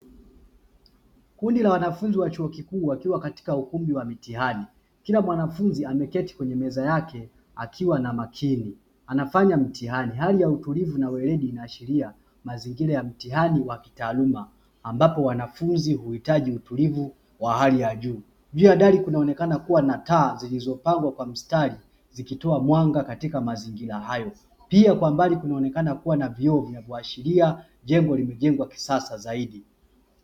Kundi la wanafunzi wa chuo kikuu wakiwa katika ukumbi wa mitihani, kila mwanafunzi ameketi kwenye meza yake akiwa makini anafanya mtihani. Hali ya utulivu na weredi inaashiria mazingira ya mtihani wa kitaaluma ambapo wanafunzi huhitaji utulivu wa hali ya juu. Juu ya dari kunaonekana kuwa na taa zilizopangwa kwa mstari zikitoa mwanga katika mazingira hayo, pia kwa mbali kunaonekana kuwa na na vioo na kuashiaria jengo limejengwa kisasa zaidi.